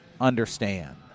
understand